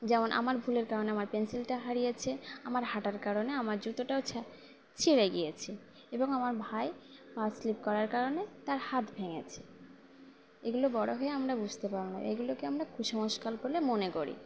যেমন আমার ভুলের কারণে আমার পেন্সিলটা হারিয়েছে আমার হাটার কারণে আমার জুতোটাও ছ ছিড়ে গিয়েছে এবং আমার ভাই বা স্লিপ করার কারণে তার হাত ভেঙেছে এগুলো বড়ো হয়ে আমরা বুঝতে পারব না এইগুলোকে আমরা কুসংস্কার পরলে মনে করি